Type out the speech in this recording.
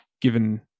given